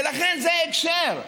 ולכן, זה ההקשר.